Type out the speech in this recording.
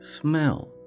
smell